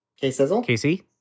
Casey